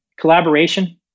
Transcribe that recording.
collaboration